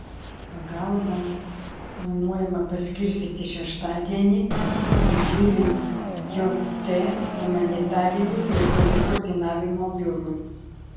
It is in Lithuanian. pagalbą planuojama paskirstyti šeštadienį prižiūrint jt humanitarinių reikalų koordinavimo biurui